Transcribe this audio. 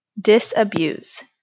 disabuse